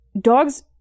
dogs